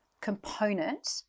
component